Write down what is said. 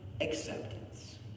acceptance